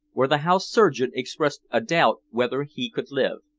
where the house-surgeon expressed a doubt whether he could live.